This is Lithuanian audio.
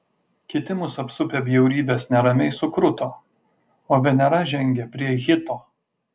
kiti mus apsupę bjaurybės neramiai sukruto o venera žengė prie hito